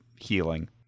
healing